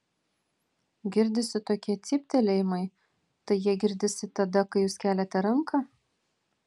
girdisi tokie cyptelėjimai tai jie girdisi tada kai jūs keliate ranką